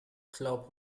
club